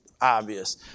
obvious